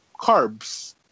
carbs